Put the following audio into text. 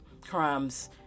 crimes